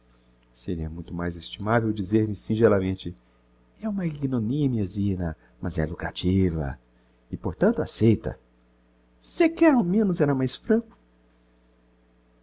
seria muito mais estimavel o dizer-me singelamente é uma ignominia zina mas é lucrativa e portanto acceita sequer ao menos era mais franco